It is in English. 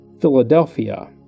Philadelphia